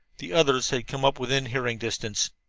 the others had come up within hearing distance.